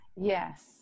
Yes